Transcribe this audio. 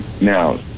now